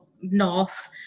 north